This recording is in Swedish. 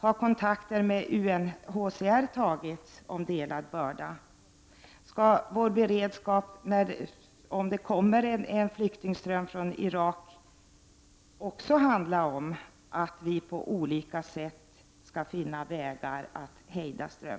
Har kontakter tagits med UNHCR om att dela bördorna? Om det kommer en ström av flyktingar från Irak, skall Sverige då finna vägar att på olika sätt hejda denna ström?